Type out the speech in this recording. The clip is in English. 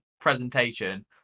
presentation